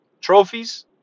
trophies